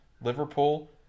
Liverpool